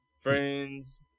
friends